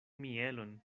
mielon